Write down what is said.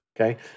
Okay